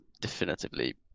definitively